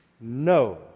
No